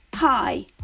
Hi